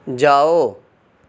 جاؤ